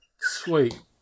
sweet